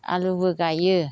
आलुबो गाइयो